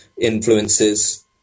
influences